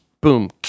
Boom